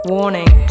Warning